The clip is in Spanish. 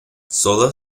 sólo